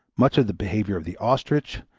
much of the behavior of the ostrich,